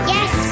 Yes